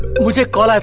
which car? like